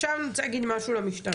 עכשיו אני רוצה להגיד משהו למשטרה,